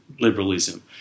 liberalism